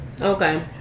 Okay